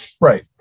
right